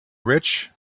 rich